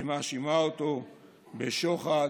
שמאשימה אותו בשוחד,